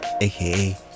aka